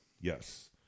yes